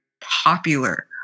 popular